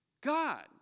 God